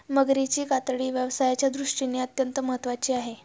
मगरीची कातडी व्यवसायाच्या दृष्टीने अत्यंत महत्त्वाची आहे